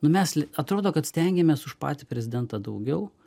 nu mes li atrodo kad stengiamės už patį prezidentą daugiau